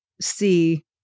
see